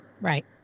Right